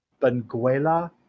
Benguela